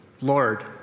Lord